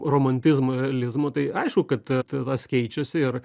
romantizmo ir realizmo tai aišku kad tas keičiasi ir